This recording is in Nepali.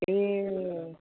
ए